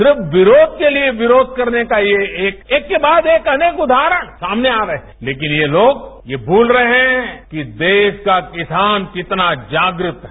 सिर्फ विरोध के लिए विरोध करने का ये एक एक के बाद एक अनेक उदाहरण सामने आ गए लेकिन ये लोग ये भूल रहे हैं कि देश का किसान कितना जागृत है